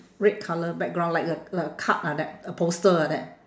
red colour background like a like a card like that a poster like that